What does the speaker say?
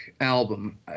album